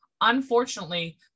unfortunately